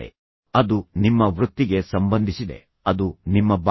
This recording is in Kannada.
ಆದ್ದರಿಂದ ಅದು ನಿಮ್ಮ ವೃತ್ತಿಗೆ ಸಂಬಂಧಿಸಿದೆ ಅದು ನಿಮ್ಮ ಬಾಸ್